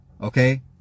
Okay